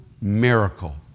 miracle